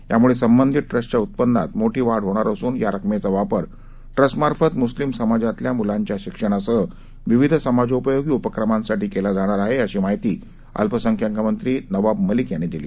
यामुळे संबंधित ट्रस्टच्या उत्पन्नात मोठी वाढ होणार असून या रकमेचा वापर ट्रस्टमार्फत मुस्लिम समाजातल्या मुलांच्या शिक्षणासह विविध समाजोपयोगी उपक्रमांसाठी केला जाणार आहे अशी माहिती अल्पसंख्याक मंत्री नवाब मलिक यांनी दिली